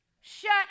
Shut